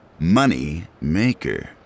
Moneymaker